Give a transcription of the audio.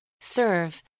Serve